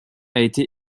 été